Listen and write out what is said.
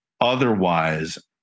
otherwise